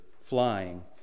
flying